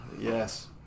Yes